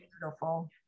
beautiful